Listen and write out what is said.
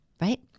Right